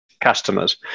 Customers